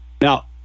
Now